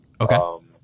Okay